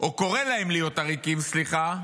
או קורא להם להיות עריקים, סליחה,